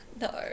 no